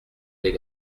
les